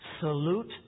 salute